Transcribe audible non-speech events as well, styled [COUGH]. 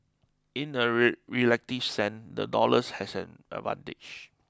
in a [UNINTELLIGIBLE] relative sense the dollar has an advantage